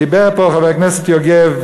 דיבר פה חבר כנסת יוגב,